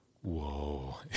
whoa